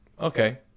Okay